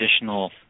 additional